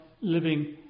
living